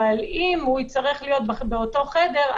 אבל אם הוא יצטרך להיות באותו חדר,